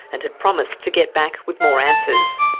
and had promised to get back with more answers.